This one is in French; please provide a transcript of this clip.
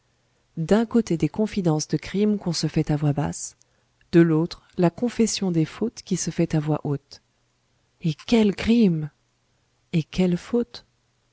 d'un côté des confidences de crimes qu'on se fait à voix basse de l'autre la confession des fautes qui se fait à voix haute et quels crimes et quelles fautes